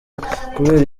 kubera